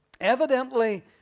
Evidently